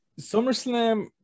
SummerSlam